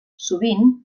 sovint